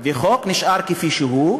והחוק נשאר כפי שהוא,